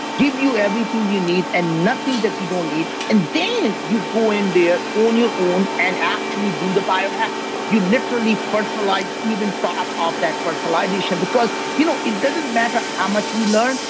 give you everything you need and nothing that you don't need. and then you go in there ah on your own and actually do the biohacking. you literally personalize even top of that personalization, because you know it doesn't matter how much we learn.